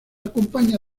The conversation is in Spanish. acompaña